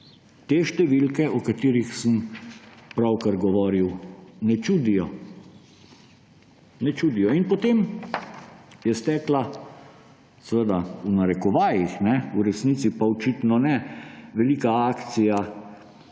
te številke, o katerih sem pravkar govoril, ne čudijo. In potem je stekla, v narekovajih, v resnici pa očitno ne, velika akcija